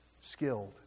skilled